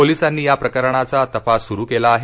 पोलिसांनी या प्रकरणाचा तपास सुरु केला आहे